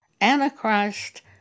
Antichrist